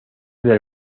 del